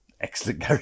Excellent